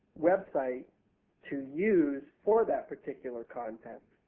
website to use for that particular content.